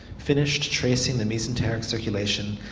finished tracing the mesenteric circulation,